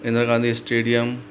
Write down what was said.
Indira Gandhi stadium